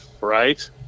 Right